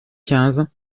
quinze